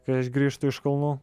kai aš grįžtu iš kalnų